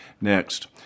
Next